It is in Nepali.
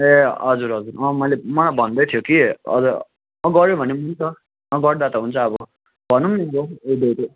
ए हजुर हजुर मैले मलाई भन्दै थियो कि हजुर गर्यो भने हुन्छ गर्दा त हुन्छ अब भनौँ न